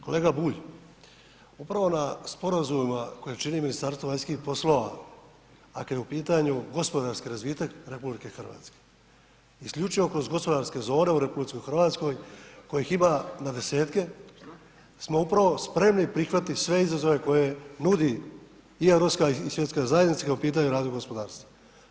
Kolega Bulj, upravo na sporazumima koje čini Ministarstvo vanjskih poslova ako je u pitanju gospodarski razvitak RH, isključivo kroz gospodarske zone u RH kojih ima na desetke smo upravo spremni prihvatiti sve izazove koje nudi i Europska i Svjetska zajednica kada je u pitanju razvoj gospodarstva.